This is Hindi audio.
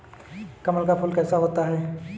कमल का फूल कैसा होता है?